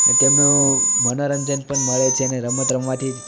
તેમનું મનોરંજન પણ મળે છે ને રમત રમવાથી